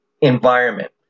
Environment